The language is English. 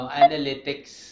analytics